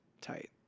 tight